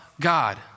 God